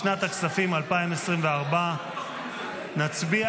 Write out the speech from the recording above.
לשנת הכספים 2024. נצביע